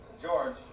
George